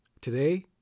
Today